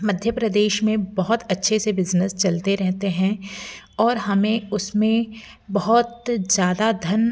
मध्य प्रदेश में बहुत अच्छे से बिज़नेस चलते रहते हैं और हमें उसमें बहुत ज़्यादा धन